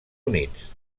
units